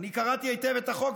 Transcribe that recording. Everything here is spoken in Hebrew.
אני קראתי היטב את החוק,